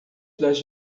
das